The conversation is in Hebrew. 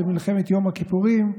במלחמת יום הכיפורים.